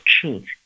truth